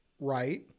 right